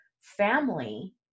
family